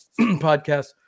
Podcast